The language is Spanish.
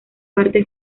parte